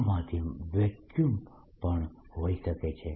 આ માધ્યમ વેક્યુમ પણ હોઈ શકે છે